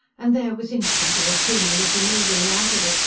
and there was instantly a plumie looking eagerly out of it,